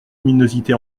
luminosité